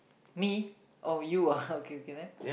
me oh you ah okay okay then